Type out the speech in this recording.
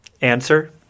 answer